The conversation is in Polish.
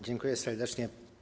Dziękuję serdecznie.